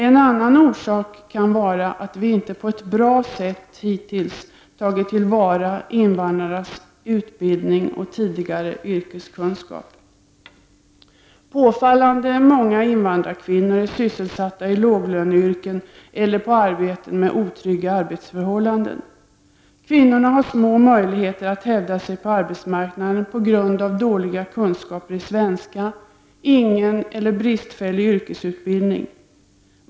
En annan orsak kan vara att vi hittills inte på ett bra sätt tagit till vara invandrarnas utbildning och tidigare yrkeskunskap. Påfallande många invandrarkvinnor är sysselsatta inom låglöneyrken eller i arbeten med otrygga arbetsförhållanden. Kvinnorna har små möjligheter att hävda sig på arbetsmarknaden på grund av dåliga kunskaper i svenska och ingen eller bristfällig yrkesutbildning.